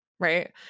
Right